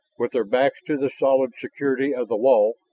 with their backs to the solid security of the wall,